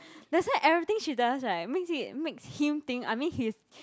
that's why everything she does right makes it makes him think I mean he's